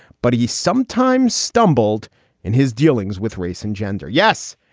but he sometimes stumbled in his dealings with race and gender. yes,